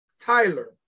Tyler